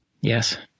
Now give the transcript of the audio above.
Yes